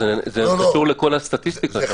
זה קשור לכל הסטטיסטיקה.